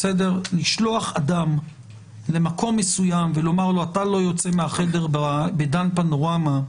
לשלוח אדם למקום מסוים ולומר לו: אתה לא יוצא מהחדר בדן פנורמה,